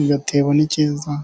Agatebo ni keza